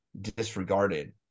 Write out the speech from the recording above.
disregarded